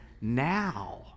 now